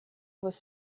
was